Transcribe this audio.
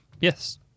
Yes